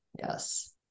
yes